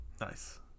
Nice